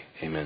Amen